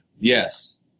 Yes